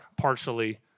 partially